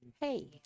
Hey